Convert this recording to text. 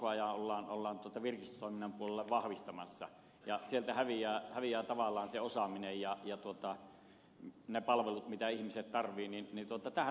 koko ajan ollaan virkistystoiminnan puolella vahvistamassa ja sieltä häviävät tavallaan se osaaminen ja ne palvelut mitä ihmiset tarvitsevat